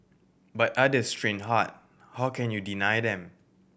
but others train hard how can you deny them